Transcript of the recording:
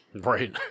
right